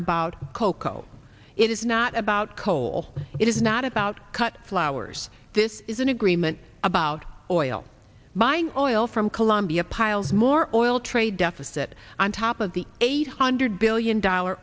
about cocoa it is not about coal it is not about cut flowers this is an agreement about oil buying oil from colombia piles more oil trade deficit on top of the eight hundred billion dollar